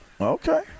Okay